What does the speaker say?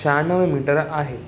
छहानवे मीटर आहे